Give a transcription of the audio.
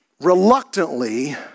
Reluctantly